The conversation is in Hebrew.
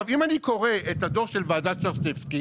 אם אני קורא את הדו"ח של ועדת שרשבסקי